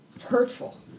hurtful